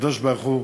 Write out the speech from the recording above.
שהקדוש-ברוך-הוא